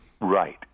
Right